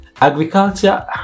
Agriculture